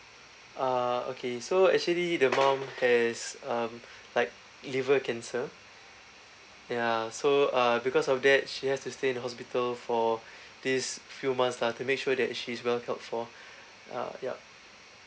ah okay so actually the mum has um like liver cancer yeah so uh because of that she has to stay in the hospital for these few months lah to make sure that she's well helped for err yup